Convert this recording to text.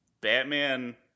Batman